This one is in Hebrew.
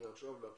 מעכשיו לעכשיו.